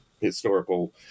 historical